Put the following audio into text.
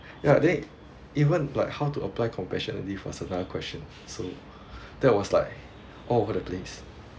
ya then even like how to apply compassionate leave was another question so that was like all over the place